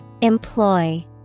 Employ